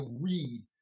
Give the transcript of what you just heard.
read